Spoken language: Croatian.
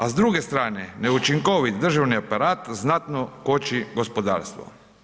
A s druge strane neučinkovit državni aparat znatno koči gospodarstvo.